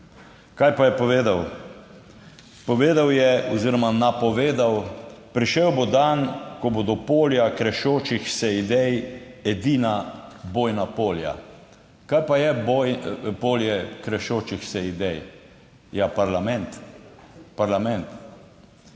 Kaj pa je povedal? Povedal oziroma napovedal je: »Prišel bo dan, ko bodo polja krešočih se idej edina bojna polja.« Kaj pa je polje krešočih se idej? Ja parlament.